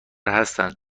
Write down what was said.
هستند